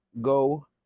go